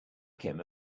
came